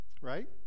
right